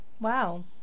wow